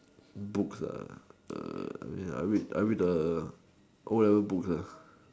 books I read the o-level books